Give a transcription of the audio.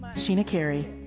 sheena carey,